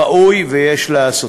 ראוי ויש לעשות.